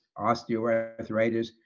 osteoarthritis